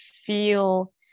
feel